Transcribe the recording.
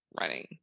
running